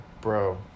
bro